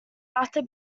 after